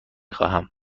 خواهم